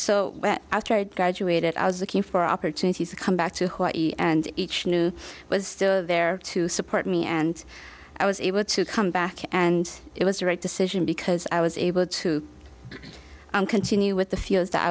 so after i had graduated i was looking for opportunities to come back to haunt you and each new was there to support me and i was able to come back and it was the right decision because i was able to continue with the